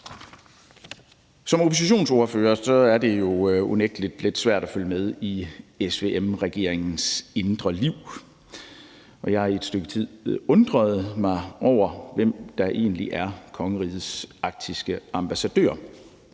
Som oppositionsordfører er det jo unægtelig lidt svært at følge med i SVM-regeringens indre liv. Jeg har i et stykke tid undret mig over, hvem der egentlig er kongerigets arktiske ambassadør.